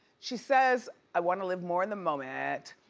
she says, i wanna live more in the moment.